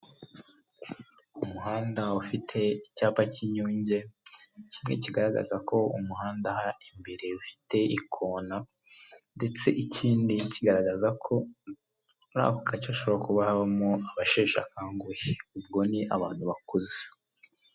Umuhanda ufite icyapa cy'inyunge kimwe kigaragaza ko umuhanda aha imbere ufite ikona ndetse ikindi kigaragaza ko muri ako gace hashobora kuba habamo abasheshakanguhe ubwo ni abantu bakuze.